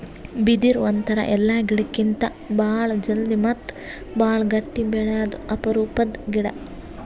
ಬಿದಿರ್ ಒಂಥರಾ ಎಲ್ಲಾ ಗಿಡಕ್ಕಿತ್ತಾ ಭಾಳ್ ಜಲ್ದಿ ಮತ್ತ್ ಭಾಳ್ ಗಟ್ಟಿ ಬೆಳ್ಯಾದು ಅಪರೂಪದ್ ಗಿಡಾ